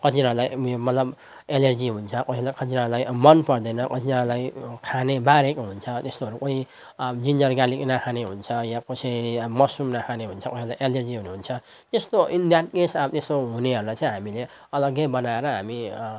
कतिजनालाई मतलब एलर्जी हुन्छ कसैलाई कतिजनालाई मन पर्दैन कतिजनालाई खाने बारेको हुन्छ त्यस्तोहरू कोही जिन्जर गार्लिक नखाने हुन्छ या कसै मसरुम नखाने हुन्छ कसैलाई एलर्जीहरू हुन्छ त्यस्तो इन द्याट केस अब त्यस्तो हुनेहरूलाई चाहिँ हामीले अलग्गै बनाएर हामी